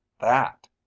that